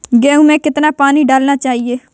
गेहूँ में कितना पानी लगाना चाहिए?